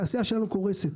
התעשייה שלנו קורסת.